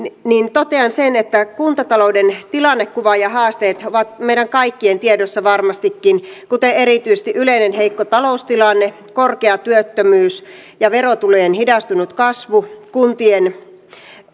totean sen että kuntatalouden tilannekuva ja haasteet ovat meidän kaikkien tiedossa varmastikin kuten erityisesti yleinen heikko taloustilanne korkea työttömyys ja verotulojen hidastunut kasvu kuntien